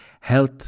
health